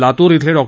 लातूर इथले डॉ